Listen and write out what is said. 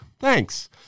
Thanks